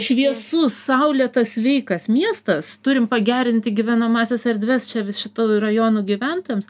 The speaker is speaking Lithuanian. šviesus saulėtas sveikas miestas turim pagerinti gyvenamąsias erdves čia šitų rajonų gyventojams